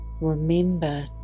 Remember